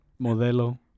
modelo